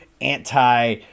anti